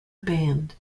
band